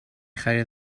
خرید